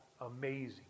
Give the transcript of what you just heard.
amazing